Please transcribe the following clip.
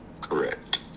Correct